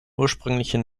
ursprünglichen